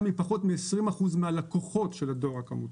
מפחות מ-20 אחוזים מהלקוחות של הדואר הכמותי.